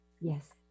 yes